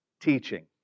teaching